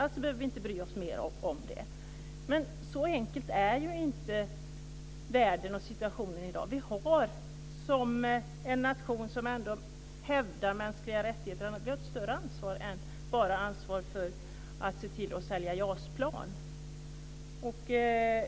Alltså behöver vi inte bry oss mer om det. Men så enkel är inte världen och situationen i dag. Vi har som en nation som ändå hävdar mänskliga rättigheter ett större ansvar än att bara se till att sälja JAS-plan.